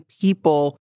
people